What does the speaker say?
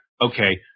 Okay